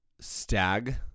Stag